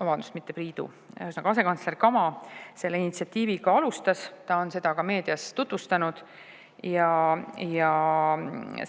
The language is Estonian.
Vabandust, mitte Priidu. Ühesõnaga, asekantsler Kama selle initsiatiiviga alustas, ta on seda ka meedias tutvustanud. Ja